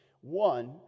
one